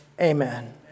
Amen